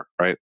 Right